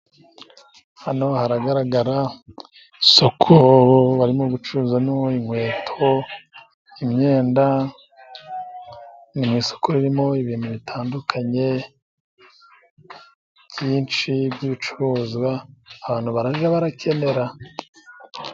Hano haragaragara isoko, barimo gucuruzamo inkweto, imyenda, ni mu isoko ririmo ibintu bitandukanye, byinshi by'ibicuruzwa, abantu barajya barakenera.